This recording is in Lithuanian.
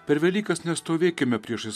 per velykas nestovėkime priešais